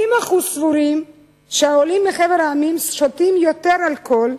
70% סבורים שהעולים מחבר המדינות שותים יותר אלכוהול,